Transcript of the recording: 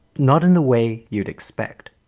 not in the way you'd expect.